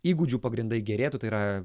įgūdžių pagrindai gerėtų tai yra